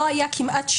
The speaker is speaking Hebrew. לא היה שינוי,